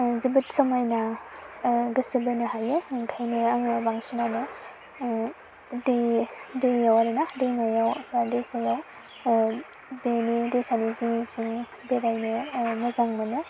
जोबोद समायना गोसो बोनो हायो ओंखायनो आङो बांसिनानो दे दैयाव आरो ना दैमायाव दैसायाव बेनि दैसानि जिं जिं बेरायनो मोजां मोनो